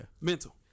Mental